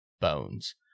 bones